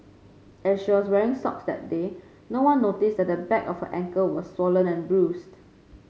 as she was wearing socks that day no one noticed that the back of her ankle was swollen and bruised